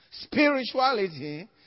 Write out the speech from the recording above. Spirituality